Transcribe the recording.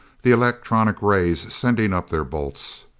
the electronic rays sending up their bolts.